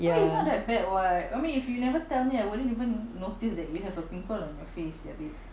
ya